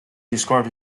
described